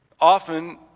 often